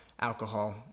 alcohol